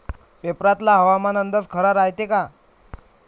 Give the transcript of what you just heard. पेपरातला हवामान अंदाज खरा रायते का?